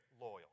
loyal